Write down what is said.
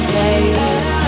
days